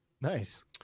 Nice